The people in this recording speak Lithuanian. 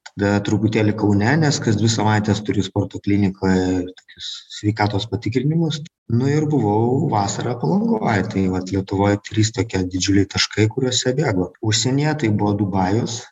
tada truputėlį kaune nes kas dvi savaites turiu sporto klinikoj tokius sveikatos patikrinimus nu ir buvau vasarą palangoj tai vat lietuvoj trys tokie didžiuliai taškai kuriuose bėgu užsienyje tai buvo dubajus